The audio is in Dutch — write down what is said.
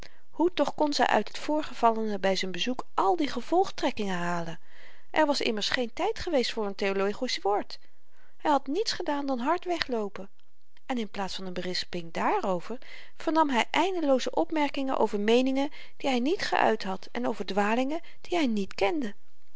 hoe toch kon zy uit het voorgevallene by z'n bezoek al die gevolgtrekkingen halen er was immers geen tyd geweest voor n theologisch woord hy had niets gedaan dan hard wegloopen en in plaats van n berisping dààrover vernam hy eindelooze opmerkingen over meeningen die hy niet geuit had en over dwalingen die hy niet kende